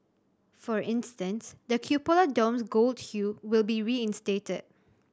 for instance the cupola dome's gold hue will be reinstated